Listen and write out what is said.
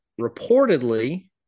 reportedly